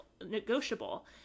Negotiable